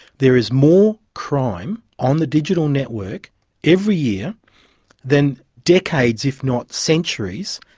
there is more crime on the digital network every year than decades, if not centuries,